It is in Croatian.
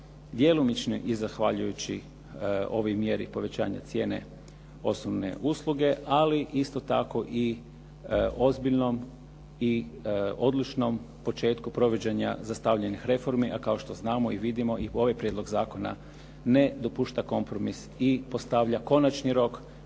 djelomično i zahvaljujući ovoj mjeri povećanja cijene osnovne usluge ali isto tako i ozbiljnom i odlučnom početku provođenja …/Govornik se ne razumije./… reformi a kao što znamo i vidimo i ovaj prijedlog zakona ne dopušta kompromis i postavlja konačni rok,